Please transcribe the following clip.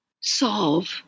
solve